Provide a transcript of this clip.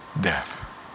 death